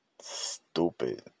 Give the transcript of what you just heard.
stupid